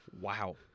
Wow